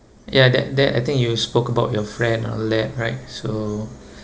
ya that that I think you spoke about your friend or right so